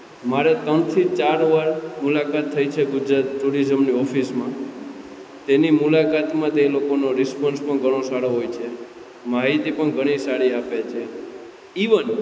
મારે ત્રણથી ચાર વાર મુલાકાત થઈ છે ગુજરાત ટુરિઝમની ઓફિસમાં તેની મુલાકાતમાં તે લોકોનો રિસ્પોન્સ પણ ઘણો સારો હોય છે માહિતી પણ ઘણી સારી આપે છે ઈવન